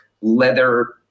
leather